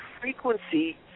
Frequency